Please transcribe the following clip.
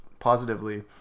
positively